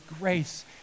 grace